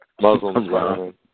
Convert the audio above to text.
Muslims